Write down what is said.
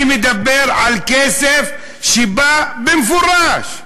אני מדבר על כסף שבא במפורש.